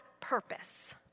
purpose